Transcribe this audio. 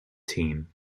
team